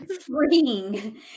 freeing